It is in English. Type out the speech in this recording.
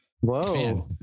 whoa